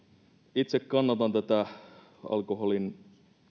itse kannatan tätä alkoholin